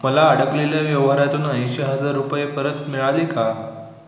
मला अडकलेल्या व्यवहारातून ऐंशी हजार रुपये परत मिळाले का